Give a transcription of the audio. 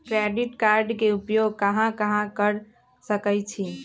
Credit card के उपयोग कहां कहां कर सकईछी?